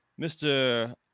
Mr